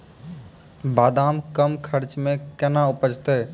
बादाम कम खर्च मे कैना उपजते?